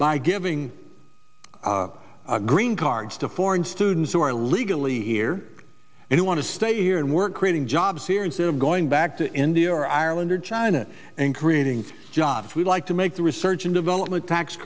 by giving green cards to foreign students who are legally here and who want to stay here and work creating jobs here instead of going back to india or ireland or china and creating jobs we'd like to make the research and development tax